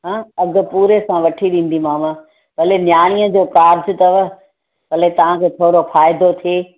हा अघि पूरे सां वठी ॾींदीमांव भले नयाणीअ जो कारज अथव भले तव्हांखे थोरो फ़ाइदो थिए